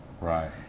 right